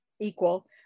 equal